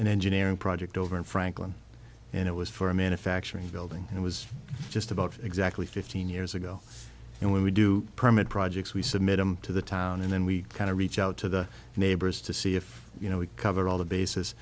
an engineering project over in franklin and it was for a manufacturing building it was just about exactly fifteen years ago and we do permit projects we submitted to the town and then we kind of reach out to the neighbors to see if you know we cover all the bases